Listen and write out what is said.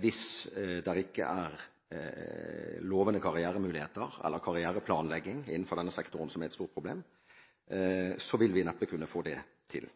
hvis det ikke er lovende karrieremuligheter eller karriereplanlegging innenfor sektoren, som er et stort problem, vil vi neppe kunne få det til.